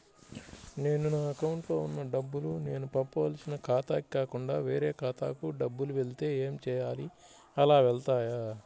నేను నా అకౌంట్లో వున్న డబ్బులు నేను పంపవలసిన ఖాతాకి కాకుండా వేరే ఖాతాకు డబ్బులు వెళ్తే ఏంచేయాలి? అలా వెళ్తాయా?